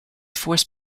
force